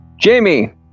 Jamie